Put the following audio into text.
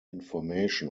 information